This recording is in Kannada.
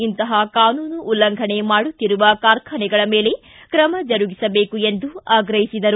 ಇಂತಹ ಕಾನೂನು ಉಲ್ಲಂಘನೆ ಮಾಡುತ್ತಿರುವ ಕಾರ್ಖಾನೆಗಳ ಮೇಲೆ ಕ್ರಮ ಜರುಗಿಸಬೇಕು ಎಂದು ಆಗ್ರಹಿಸಿದ್ದಾರೆ